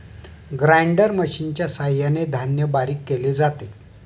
grinder मशिनच्या सहाय्याने धान्य बारीक केले जाते